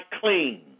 clean